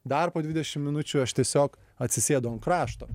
dar po dvidešim minučių aš tiesiog atsisėdu ant krašto